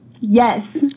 Yes